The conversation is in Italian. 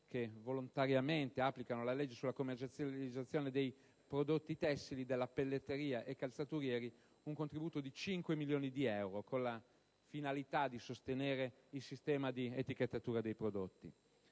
che volontariamente applicano la legge sulla commercializzazione dei prodotti tessili, della pelletteria e calzaturieri un contributo di cinque milioni di euro, con la finalità di sostenere il sistema di etichettatura dei prodotti.